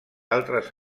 altres